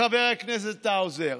חבר הכנסת האוזר.